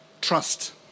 Trust